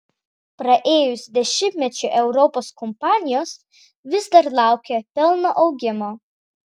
praėjus dešimtmečiui europos kompanijos vis dar laukia pelno augimo